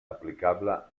aplicable